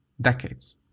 decades